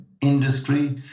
industry